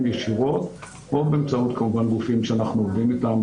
ישירות או באמצעות כמובן גופים שאנחנו עובדים איתם,